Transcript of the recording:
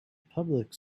public